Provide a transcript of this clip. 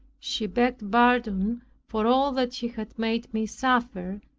she begged pardon for all that she had made me suffer,